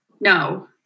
no